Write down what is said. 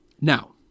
Now